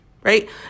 right